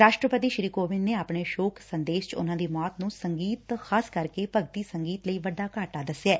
ਰਾਸ਼ਟਰਪਤੀ ਨੇ ਆਪਣੇ ਸ਼ੋਕ ਸੰਦੇਸ਼ ਚ ਉਨਾਂ ਦੀ ਮੌਤ ਨੂੰ ਸੰਗੀਤ ਖ਼ਾਸ ਕਰਕੇ ਭਗਤੀ ਸੰਗੀਤ ਲਈ ਵੱਡਾ ਘਾਟਾ ਦਸਿਐ